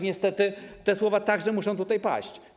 Niestety, te słowa także muszą tutaj paść.